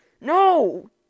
No